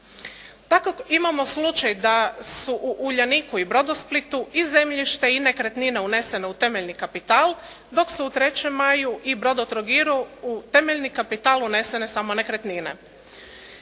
Tako imamo slučaj da su u "Uljaniku" i "Brodosplitu" i zemljište i nekretnine unesene u temeljni kapital dok su u "3. maju" i "Brodotrogiru" u temeljni kapital unesene samo nekretnine.